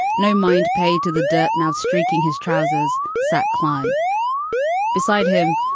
no mind paid to the dirt. now streaking his trousers sat clive beside him,